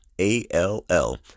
A-L-L